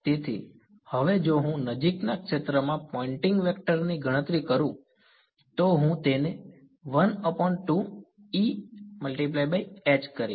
તેથી હવે જો હું નજીકના ક્ષેત્રમાં પોઇંટિંગ વેક્ટર ની ગણતરી કરું તો હું તે કરીશ